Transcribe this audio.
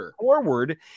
forward